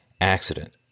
accident